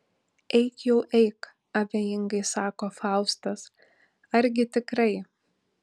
eik jau eik abejingai sako faustas argi tikrai